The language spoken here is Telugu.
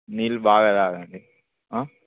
నీళ్ళు బాగా త్రాగండి